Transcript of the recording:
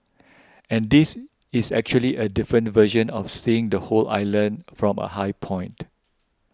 and this is actually a different version of seeing the whole island from a high point